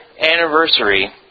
anniversary